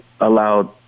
allowed